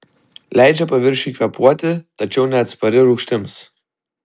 leidžia paviršiui kvėpuoti tačiau neatspari rūgštims